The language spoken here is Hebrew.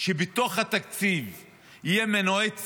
שבתוכו יהיו מנועי צמיחה,